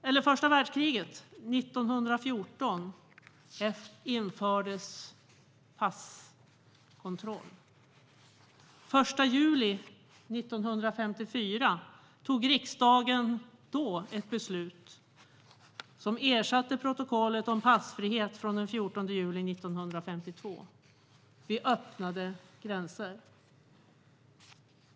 Under första världskriget 1914 infördes passkontroller. Den 1 juli 1954 fattade riksdagen ett beslut som ersatte protokollet om passfrihet från den 14 juli 1952. Då öppnade vi gränser.